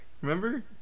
remember